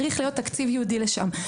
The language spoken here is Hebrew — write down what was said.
צריך להיות תקציב ייעודי לשם.